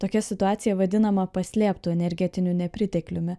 tokia situacija vadinama paslėptu energetiniu nepritekliumi